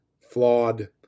flawed